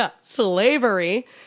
slavery